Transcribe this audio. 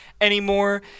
anymore